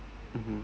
mmhmm